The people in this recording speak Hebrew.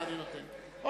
מה שאתם רוצים.